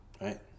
Right